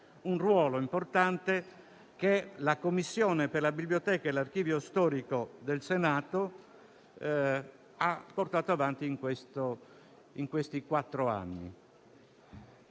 il ruolo importante che la Commissione per la biblioteca e l'archivio storico del Senato ha portato avanti in questi quattro anni.